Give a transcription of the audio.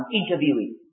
interviewing